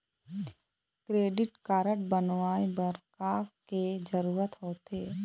Credit card बनवाए बर का के जरूरत होते?